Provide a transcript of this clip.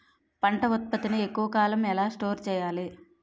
పంట ఉత్పత్తి ని ఎక్కువ కాలం ఎలా స్టోర్ చేయాలి?